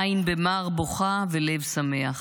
עין במר בוכה ולב שמח.